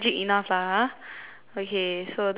okay so those five years ah